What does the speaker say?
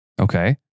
Okay